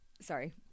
Sorry